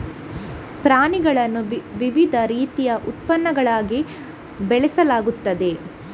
ಪ್ರಾಣಿಗಳನ್ನು ವಿವಿಧ ರೀತಿಯ ಉತ್ಪನ್ನಗಳಿಗಾಗಿ ಬೆಳೆಸಲಾಗುತ್ತದೆ